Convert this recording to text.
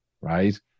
right